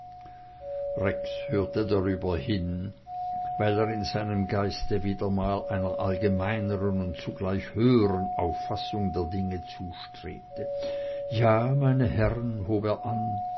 hörte drüber hin weil er in seinem geiste mal wieder einer allgemeineren und zugleich höheren auffassung der dinge zustrebte ja meine herren hob er an